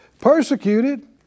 Persecuted